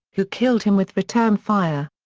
who killed him with return fire.